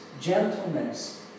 gentleness